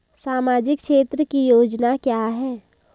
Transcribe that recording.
सामाजिक क्षेत्र की योजना क्या है?